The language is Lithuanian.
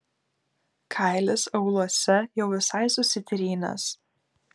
kailis auluose jau visai susitrynęs